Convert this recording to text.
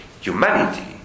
humanity